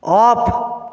of